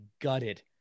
gutted